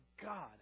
God